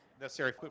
necessary